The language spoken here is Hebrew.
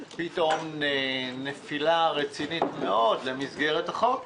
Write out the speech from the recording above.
פתאום, נפילה רצינית מאוד במסגרת החוק.